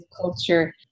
culture